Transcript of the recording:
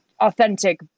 authentic